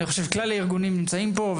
כלל הארגונים נמצאים פה,